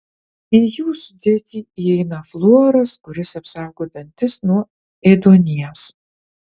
į jų sudėtį įeina fluoras kuris apsaugo dantis nuo ėduonies